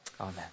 Amen